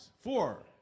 Four